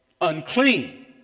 unclean